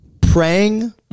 praying